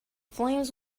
flames